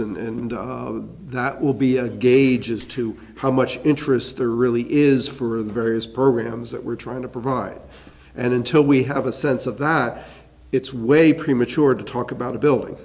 and that will be a gauge as to how much interest there really is for the various programs that we're trying to provide and until we have a sense of that it's way premature to talk about a billing